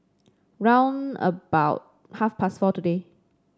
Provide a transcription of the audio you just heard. round about half past four today